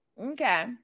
Okay